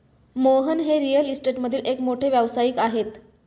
मोहन हे रिअल इस्टेटमधील एक मोठे व्यावसायिक आहेत